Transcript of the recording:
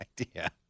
idea